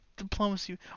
diplomacy